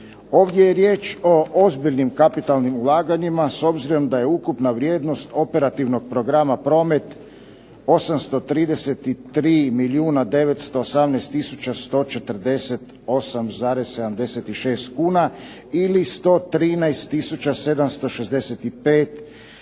Ovdje je riječ o ozbiljnim kapitalnim ulaganjima s obzirom da je ukupna vrijednost operativnog programa promet 833 milijuna 918 tisuća 148,76 kuna